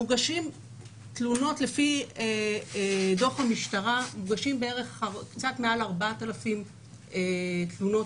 לפי דוח המשטרה מוגשות קצת מעל 4,000 תלונות